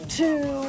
two